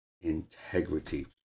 integrity